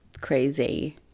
Crazy